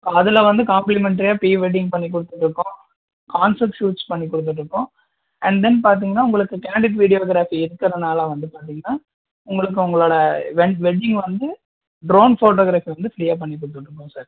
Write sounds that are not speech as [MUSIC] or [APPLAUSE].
அதில் வந்து காம்ப்ளிமெண்ட்ரியாக ப்ரீ வெட்டிங் பண்ணி கொடுத்துட்டுருக்கோம் [UNINTELLIGIBLE] ஷுட்ஸ் பண்ணி கொடுத்துட்டு இருக்கோம் அண்ட் தென் பார்த்தீங்கனா உங்களுக்கு கேன்டிட் வீடியோகிராபி எத்தனை நாள் ஆகும்னு வந்து பார்த்தீங்கனா உங்களுக்கு உங்களோடய வெ வெட்டிங் வந்து ப்ரவுன் போட்டோகிராபி வந்து ஃப்ரீயா பண்ணி கொடுத்துட்டுருக்கோம் சார்